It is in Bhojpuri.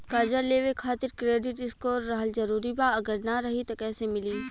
कर्जा लेवे खातिर क्रेडिट स्कोर रहल जरूरी बा अगर ना रही त कैसे मिली?